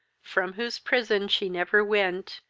from whose prison she never went,